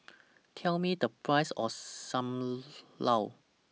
Tell Me The Price of SAM Lau